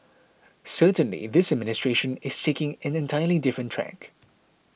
certainly this administration is taking an entirely different tack